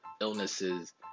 illnesses